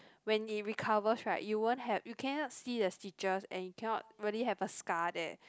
when it recovers right you won't have you cannot see the stitches and you cannot really have a scar there